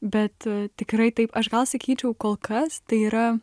bet tikrai taip aš gal sakyčiau kol kas tai yra